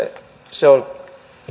se on